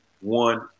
one